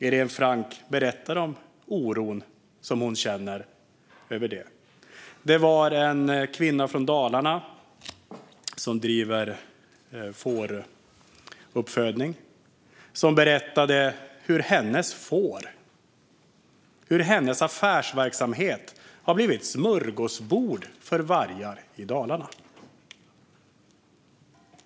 Irene Frank berättar om oron som hon känner över det. En kvinna från Dalarna som bedriver fåruppfödning berättade på mötet hur hennes får, hennes affärsverksamhet, har blivit smörgåsbord för vargar i Dalarna.